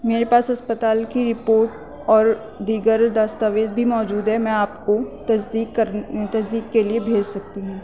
میرے پاس اسپتال کی رپورٹ اور دیگر دستاویز بھی موجود ہے میں آپ کو تصدیق کر تصدیق کے لیے بھیج سکتی ہوں